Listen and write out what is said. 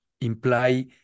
imply